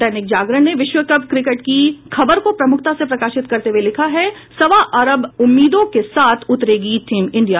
दैनिक जागरण ने विश्वकप क्रिकेट की खबर को प्रमुखता से प्रकाशित करते हये लिखा है सवा अरब उम्मीदों के साथ उतरेगी टीम इंडिया